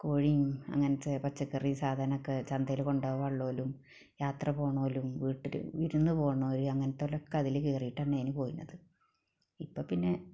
കോഴിയും അങ്ങനത്തെ പച്ചക്കറി സാധനമൊക്കെ ചന്തയില് കൊണ്ടുപോകാനുള്ളത് ആയാലും യാത്ര പോകണമെങ്കിലും വിരുന്നു പോകണമെങ്കിലും അങ്ങനത്തേതിലൊക്കെ അതില് കയറിയിട്ടാണ് അതിന് പോയിരുന്നത് ഇപ്പോൾ പിന്നെ